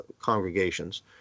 congregations